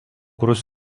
daug